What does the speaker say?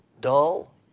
dull